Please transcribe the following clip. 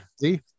See